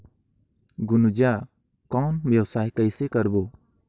गुनजा कौन व्यवसाय कइसे करबो?